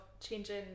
changing